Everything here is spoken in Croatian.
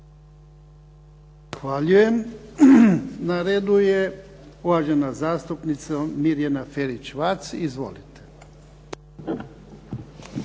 Na redu je uvažena zastupnica Mirjana Ferić-Vac. Izvolite.